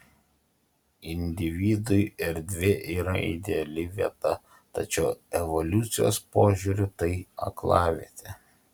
individui erdvė yra ideali vieta tačiau evoliucijos požiūriu tai aklavietė